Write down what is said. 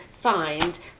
find